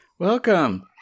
welcome